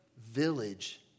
village